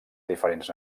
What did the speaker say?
diferents